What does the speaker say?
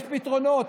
יש פתרונות.